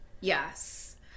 Yes